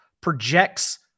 projects